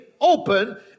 open